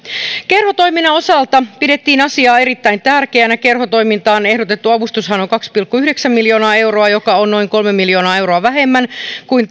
kerhotoiminnan osalta pidettiin asiaa erittäin tärkeänä kerhotoimintaan ehdotettu avustushan on kaksi pilkku yhdeksän miljoonaa euroa joka on noin kolme miljoonaa euroa vähemmän kuin